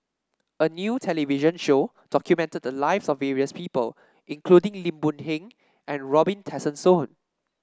a new television show documented the lives of various people including Lim Boon Heng and Robin Tessensohn